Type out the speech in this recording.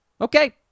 Okay